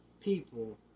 people